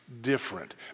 different